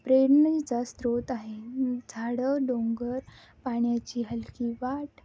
प्रेरणेच स्त्रोत आहे झाडं डोंगर पाण्याची हलकी वाट